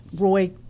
Roy